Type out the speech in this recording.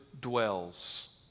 dwells